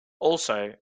also